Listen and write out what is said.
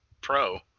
Pro